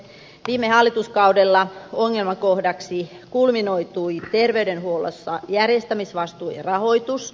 viime hallituskaudella ongelmakohdaksi kulminoitui terveydenhuollossa järjestämisvastuu ja rahoitus